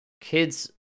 kid's